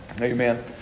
Amen